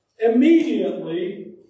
Immediately